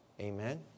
Amen